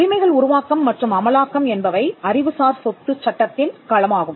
உரிமைகள் உருவாக்கம் மற்றும் அமலாக்கம் என்பவை அறிவுசார் சொத்து சட்டத்தின் களமாகும்